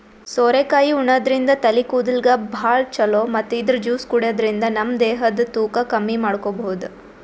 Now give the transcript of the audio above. ಸೋರೆಕಾಯಿ ಉಣಾದ್ರಿನ್ದ ತಲಿ ಕೂದಲ್ಗ್ ಭಾಳ್ ಛಲೋ ಮತ್ತ್ ಇದ್ರ್ ಜ್ಯೂಸ್ ಕುಡ್ಯಾದ್ರಿನ್ದ ನಮ ದೇಹದ್ ತೂಕ ಕಮ್ಮಿ ಮಾಡ್ಕೊಬಹುದ್